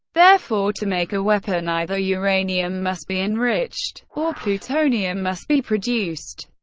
therefore, to make a weapon, either uranium must be enriched, or plutonium must be produced.